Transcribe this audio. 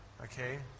Okay